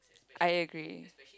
I agree